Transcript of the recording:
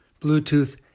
Bluetooth